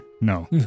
No